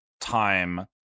time